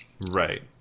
Right